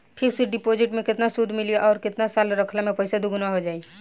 Fix deposit मे केतना सूद मिली आउर केतना साल रखला मे पैसा दोगुना हो जायी?